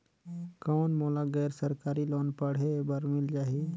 कौन मोला गैर सरकारी लोन पढ़े बर मिल जाहि?